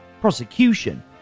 prosecution